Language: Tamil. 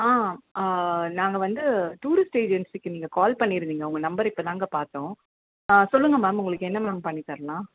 ஆ நாங்கள் வந்து டூரிஸ்ட் ஏஜென்சிக்கு நீங்கள் கால் பண்ணியிருந்தீங்க உங்கள் நம்பர் இப்போ தாங்கள் பார்த்தோம் ஆ சொல்லுங்கள் மேம் உங்களுக்கு என்ன மேம் பண்ணித் தரணும்